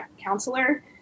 counselor